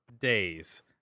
Days